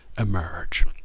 emerge